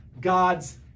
God's